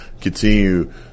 continue